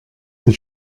that